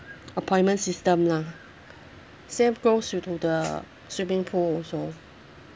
appointment system lah same goes with to the swimming pool also